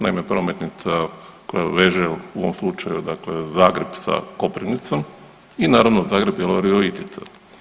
Naime, prometnica koja veže u ovom slučaju dakle Zagreb sa Koprivnicom i naravno Zagreb-Virovitica.